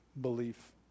belief